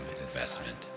investment